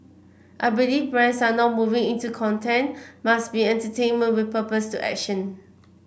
I believe brands now moving into content must be entertainment with purpose to action